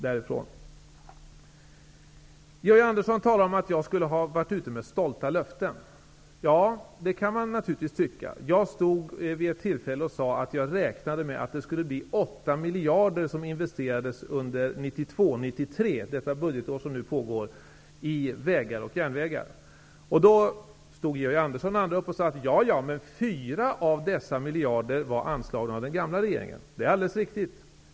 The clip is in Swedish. Georg Andersson talar om att jag skulle ha varit ute med stolta löften. Det kan man naturligtvis tycka. Jag sade vid ett tillfälle att jag räknade med att det skulle bli 8 miljarder som investerades under 1992/93, det budgetår som nu pågår, i vägar och järnvägar. Då sade Georg Anderssom och andra att 4 av dessa miljarder var anslagna av den gamla regeringen. Det är alldeles riktigt.